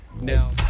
now